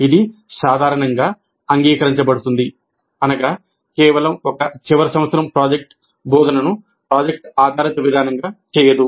ఇది సాధారణంగా అంగీకరించబడుతుంది అనగా కేవలం ఒక చివరి సంవత్సరం ప్రాజెక్ట్ బోధనను ప్రాజెక్ట్ ఆధారిత విధానంగా చేయదు